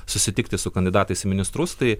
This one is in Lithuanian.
susitikti su kandidatais į ministrus tai